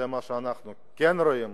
מה שאנחנו כן רואים,